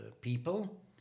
people